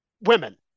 women